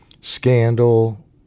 Scandal